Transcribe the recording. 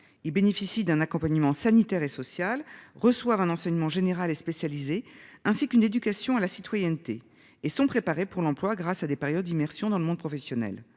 Ils bénéficient d'un accompagnement sanitaire et sociale reçoivent un enseignement général, et spécialisé ainsi qu'une éducation à la citoyenneté et sont préparés pour l'emploi grâce à des périodes d'immersion dans le monde professionnel.